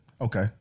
Okay